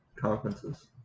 conferences